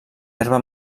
herba